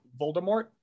Voldemort